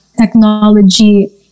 technology